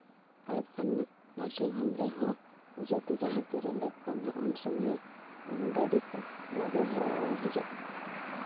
ᱟᱨ ᱵᱟᱠᱷᱟᱱ ᱱᱟᱨᱥᱤᱝ ᱦᱳᱢ ᱨᱮᱦᱚᱸ ᱡᱩᱫᱤ ᱡᱟᱦᱟᱸ ᱛᱤᱨᱮᱞᱮ ᱯᱷᱳᱱᱟ ᱩᱱ ᱥᱚᱢᱚᱭ ᱜᱟᱹᱰᱤ ᱠᱚᱦᱚᱸ ᱞᱚᱜᱚᱱ ᱫᱷᱟᱨᱟ ᱦᱤᱡᱩᱜᱼᱟ